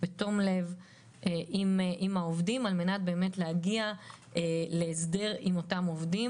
בתום-לב עם העובדים על מנת להגיע להסדר עם אותם עובדים.